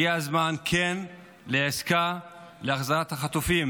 הגיע הזמן לעסקה להחזרת החטופים.